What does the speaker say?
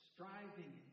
Striving